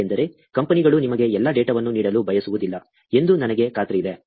ಏಕೆಂದರೆ ಕಂಪನಿಗಳು ನಿಮಗೆ ಎಲ್ಲಾ ಡೇಟಾವನ್ನು ನೀಡಲು ಬಯಸುವುದಿಲ್ಲ ಎಂದು ನನಗೆ ಖಾತ್ರಿಯಿದೆ